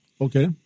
Okay